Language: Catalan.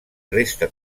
resta